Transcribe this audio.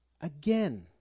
Again